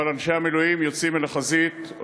אבל אנשי המילואים יוצאים אל החזית או